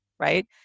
Right